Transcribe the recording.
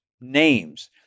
names